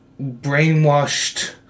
brainwashed